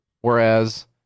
whereas